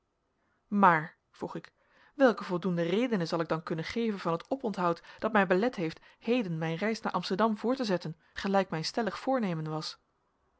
maar vroeg ik welke voldoende redenen zal ik dan kunnen geven van het oponthoud dat mij belet heeft heden mijn reis naar amsterdam voort te zetten gelijk mijn stellig voornemen was